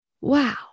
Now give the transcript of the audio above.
wow